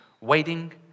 waiting